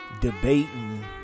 debating